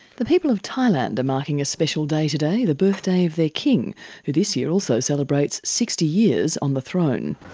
the people of thailand are marking a special day today, the birthday of their king who this year also celebrates sixty years on the throne.